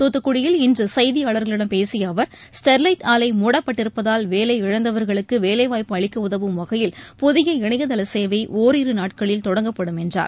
துத்துக்குடியில் இன்று செய்தியாளர்களிடம் பேசிய அவர் ஸ்டெர்வைட் ஆலை மூடப்பட்டிருப்பதால் வேலை இழந்தவர்களுக்கு வேலைவாய்ப்பு அளிக்க உதவும் வகையில் புதிய இணையதள சேவை ஒரிரு நாட்களில் தொடங்கப்படும் என்றார்